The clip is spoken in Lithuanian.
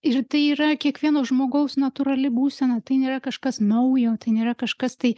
ir tai yra kiekvieno žmogaus natūrali būsena tai nėra kažkas naujo tai nėra kažkas tai